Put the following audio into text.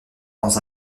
dans